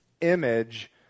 image